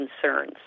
concerns